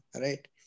Right